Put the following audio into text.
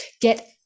get